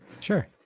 Sure